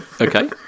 okay